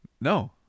No